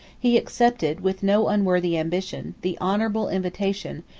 he accepted, with no unworthy ambition, the honorable invitation,